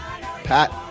Pat